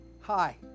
Hi